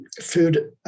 food